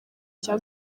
cya